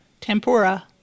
Tempura